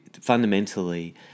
fundamentally